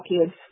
kids